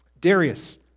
Darius